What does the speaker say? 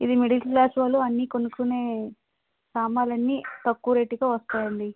ఇది middle class వాళ్ళు అన్నీ కొనుక్కునే సామాన్లన్నీ తక్కువ రేటుకే వస్తాయండి